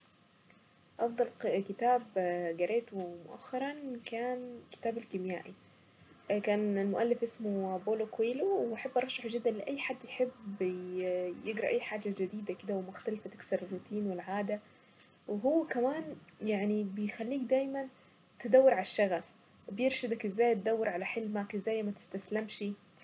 افضل كتاب قريته مؤخرا كان كتاب الخيميائي. كان المؤلف اسمه بولو كويلو واحب ارشحه لاي حد يحب يجرب اي حاجة جديدة كده ومختلفة تكسر الروتين والعادة وهو كمان يعني بيخليك دايما تدور على الشغف ازاي تدور على حلمك ازاي ما تستسلمش.